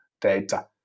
data